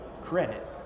credit